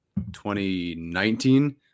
2019